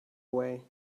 way